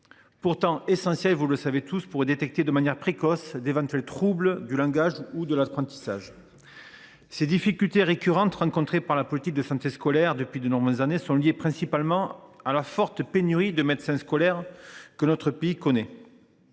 pourtant essentielle pour détecter de manière précoce d’éventuels troubles du langage ou de l’apprentissage. Ces difficultés récurrentes rencontrées par la politique de santé scolaire depuis de nombreuses années sont liées principalement à la forte pénurie de médecins scolaires que connaît